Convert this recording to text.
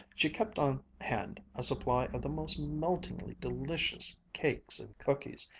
she kept on hand a supply of the most meltingly delicious cakes and cookies,